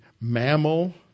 mammal